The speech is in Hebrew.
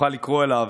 יוכל לקרוא אליו